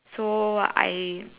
so what I